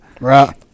Right